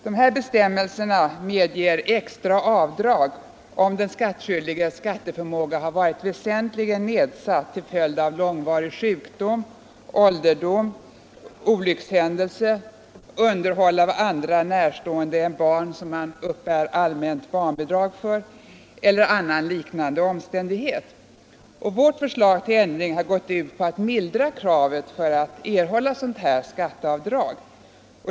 Dessa bestämmelser medger extra avdrag, om den skattskyldiges skatteförmåga varit väsentligen nedsatt till följd av långvarig sjukdom, ålderdom, olyckshändelse, underhåll av andra närstående än barn som man uppbär allmänt barnbidrag för eller annan liknande omständighet. Vårt förslag till ändring har gått ut på att mildra kravet på att erhålla sådant skatteavdrag.